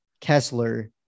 Kessler